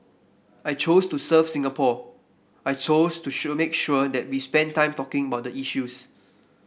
I chose to serve Singapore I chose to sure make sure that we spend time talking about the issues